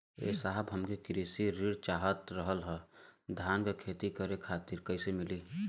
ए साहब हमके कृषि ऋण चाहत रहल ह धान क खेती करे खातिर कईसे मीली?